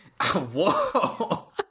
Whoa